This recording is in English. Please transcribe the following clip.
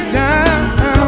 down